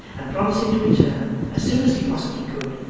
and promising to return, as soon as he possibly could,